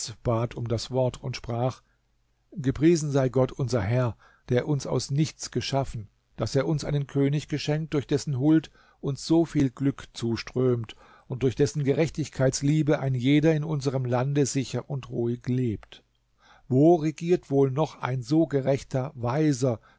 bat und das wort und sprach gepriesen sei gott unser herr der uns aus nichts geschaffen daß er uns einen könig geschenkt durch dessen huld uns so viel glück zuströmt und durch dessen gerechtigkeitsliebe ein jeder in unserem lande sicher und ruhig lebt wo regiert wohl noch ein so gerechter weiser